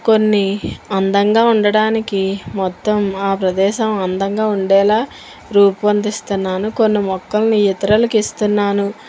కొన్ని అందంగా ఉండడానికి మొత్తం ఆ ప్రదేశం అందంగా ఉండేలాగా రూపొందిస్తున్నాను కొన్ని మొక్కలని ఇతరులకు ఇస్తున్నాను